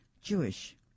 Jewish